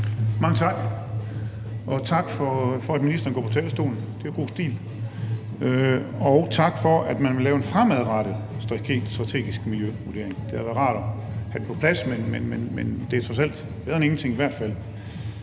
Mange tak, og tak for, at ministeren går på talerstolen – det er god stil. Også tak for, at man vil lave en fremadrettet strategisk miljøvurdering. Det havde været rart at få det på plads, men det er trods alt bedre end ingenting. I Alternativet